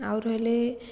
ଆଉ ରହିଲେ